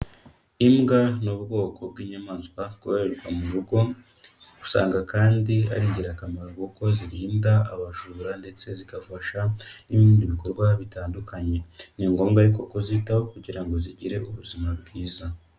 Imbwa ni ubwoko bw'inyamaswa bwororerwa mu rugo usanga kandi ari ingirakamaro kuko zirinda abajura ndetse zigafasha n'ibindi bikorwa bitandukanye, ni ngombwa ariko kuzitaho kugira ngo zigire ubuzima bwiza.